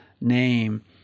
name